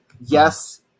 Yes